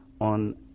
on